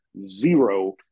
zero